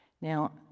Now